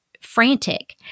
frantic